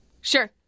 Sure